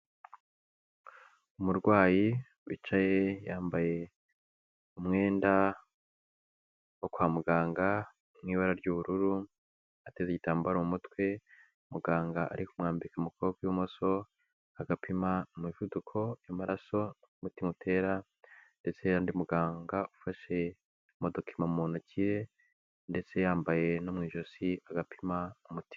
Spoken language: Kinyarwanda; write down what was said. Umurwayi wicaye, yambaye umwenda wo kwa muganga mu ibara ry'ubururu, ateze igitambaro mu umutwe, muganga ari kumwambika mu kuboko kw'imoso, agapima umuvuduko w'amaraso, uko umutima utera, ndetse hari undi muganga ufashe ama dokima mu ntoki, ndetse yambaye no mu ijosi agapima umutima.